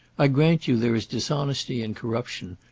i grant you there is dishonesty and corruption.